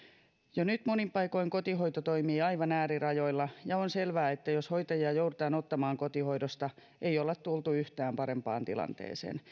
jo nyt monin paikoin kotihoito toimii aivan äärirajoilla ja on selvää että jos hoitajia joudutaan ottamaan kotihoidosta ei olla tultu yhtään parempaan tilanteeseen